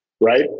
right